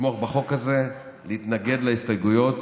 לתמוך בחוק הזה, להתנגד להסתייגויות